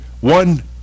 One